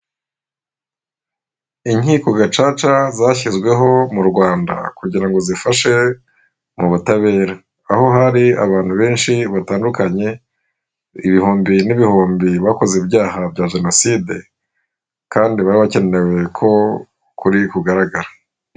Inkiko gacaca zashyizweho mu Rwanda kugira ngo zifashe mu butabera, aho hari abantu benshi batandukanye ibihumbi n'ibihumbi bakoze ibyaha bya jenoside kandi babakemuriye ko ukuri kugaragara.